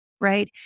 right